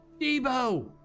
Debo